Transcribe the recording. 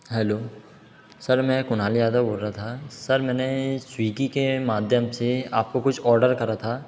hello sir मैं कुणाल यादव बोल रहा था सर मैंने स्वीगी के माध्यम से आपको कुछ ऑर्डर करा था